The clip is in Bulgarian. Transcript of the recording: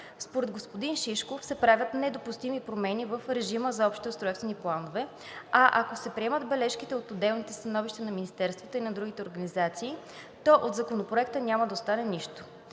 Според господин Шишков се правят недопустими промени в режима за общите устройствени планове, а ако се приемат бележките от отделните становища на министерствата и на другите организации, то от Законопроекта няма да остане нищо.